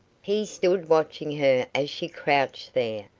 he stood watching her as she crouched there,